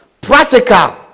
practical